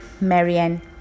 Marianne